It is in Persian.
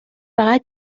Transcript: فقط